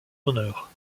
honneur